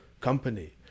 company